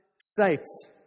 states